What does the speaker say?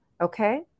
Okay